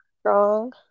strong